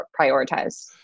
prioritize